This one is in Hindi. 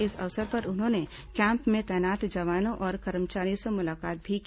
इस अवसर पर उन्होंने कैम्प में तैनात जवानों और कर्मचारियों से मुलाकात भी की